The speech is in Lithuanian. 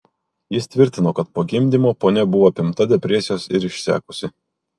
jis tvirtino kad po gimdymo ponia buvo apimta depresijos ir išsekusi